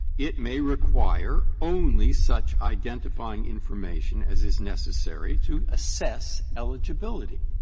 it may require only such identifying information as is necessary to assess eligibility.